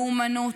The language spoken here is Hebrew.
לאומנות,